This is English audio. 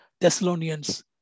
Thessalonians